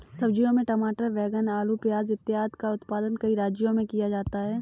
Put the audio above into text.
सब्जियों में टमाटर, बैंगन, आलू, प्याज इत्यादि का उत्पादन कई राज्यों में किया जाता है